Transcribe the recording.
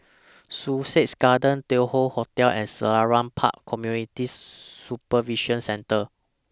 Sussex Garden Tai Hoe Hotel and Selarang Park Community Supervision Centre